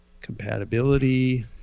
compatibility